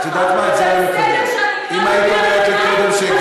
אתה הגזמת לגמרי בהתנהגות שלך.